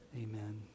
Amen